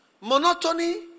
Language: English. Monotony